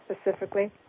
specifically